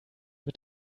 mit